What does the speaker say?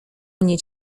mnie